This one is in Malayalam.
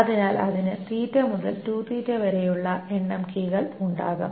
അതിനാൽ അതിനു മുതൽ വരെയുള്ള എണ്ണം കീകൾ ഉണ്ടാകും